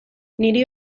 niri